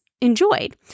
enjoyed